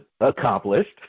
Accomplished